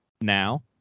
Now